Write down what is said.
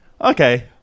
okay